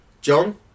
John